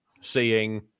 seeing